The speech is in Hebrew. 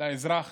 לאזרח